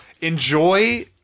enjoy